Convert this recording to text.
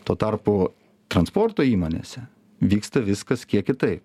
tuo tarpu transporto įmonėse vyksta viskas kiek kitaip